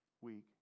week